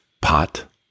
pot